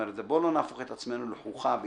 בואו לא נהפוך את עצמנו לחוכא ואיטלולא.